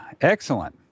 excellent